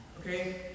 Okay